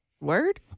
Word